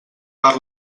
per